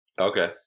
Okay